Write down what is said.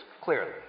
clearly